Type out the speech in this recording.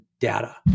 data